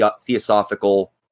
theosophical